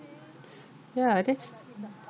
ya that's